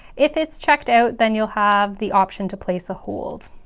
if it's checked out then you'll have the option to place a hold.